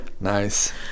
Nice